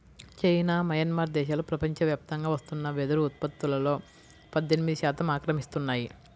China, Myanmar దేశాలు ప్రపంచవ్యాప్తంగా వస్తున్న వెదురు ఉత్పత్తులో పద్దెనిమిది శాతం ఆక్రమిస్తున్నాయి